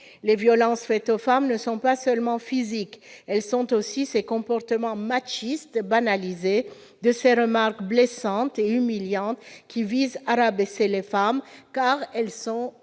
Les violences faites aux femmes ne sont pas seulement physiques, elles passent aussi par ces comportements machistes banalisés, ces remarques blessantes et humiliantes qui visent à rabaisser les femmes, car elles sont femmes.